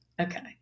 Okay